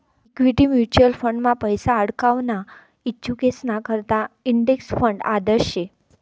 equity mutual फंडमा पैसा आडकवाना इच्छुकेसना करता इंडेक्स फंड आदर्श शे